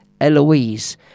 Eloise